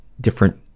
different